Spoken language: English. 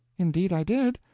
indeed, i did.